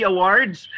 Awards